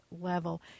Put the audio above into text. level